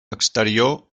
exterior